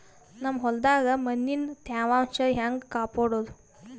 ನಮ್ ಹೊಲದಾಗ ಮಣ್ಣಿನ ತ್ಯಾವಾಂಶ ಹೆಂಗ ಕಾಪಾಡೋದು?